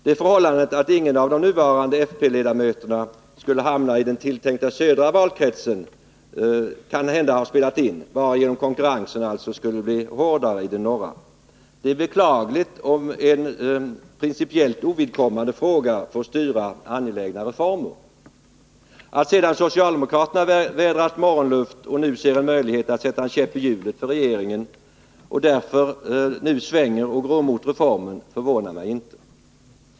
Det förhållandet att inga av de nuvarande fp-ledamöterna skulle hamna i den tilltänkta södra valkretsen har kanhända spelat in, eftersom det skulle göra konkurrensen i den norra valkretsen hårdare. Det är beklagligt om en principiellt ovidkommande fråga får styra Att sedan socialdemokraterna vädrat morgonluft och nu ser en möjlighet att sätta en käpp i hjulet för regeringen och därför har svängt och går emot reformen förvånar mig inte.